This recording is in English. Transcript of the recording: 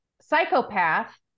psychopath